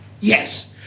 Yes